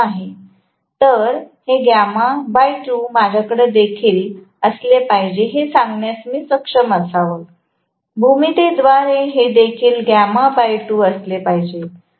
तर हे γ 2 माझ्याकडे देखील असले पाहिजे हे सांगण्यास मी सक्षम असावे भूमितीद्वारे हे देखील γ 2 असले पाहिजे